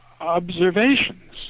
observations